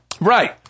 Right